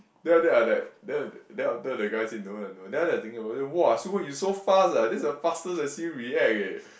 then after that I like then then after the guy say no lah no then after that I was thinking about it !wah! Su-Hui you so fast ah this is the fastest I see you react eh